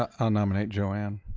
ah nominate joanne.